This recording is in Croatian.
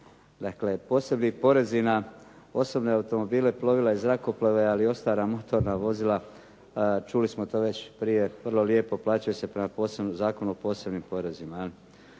Dakle posebni porezi na osobne automobile, plovila i zrakoplove, ali i ostala motorna vozila čuli smo to već vrlo lijepo plaćaju se prema posebnom Zakonu o posebnim porezima,